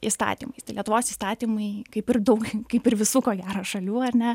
įstatymais tai lietuvos įstatymai kaip ir daug kaip ir visų ko gero šalių ar ne